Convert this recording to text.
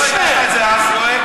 למה לא הגשת את זה אז, יואל?